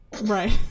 Right